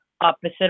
opposite